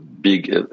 big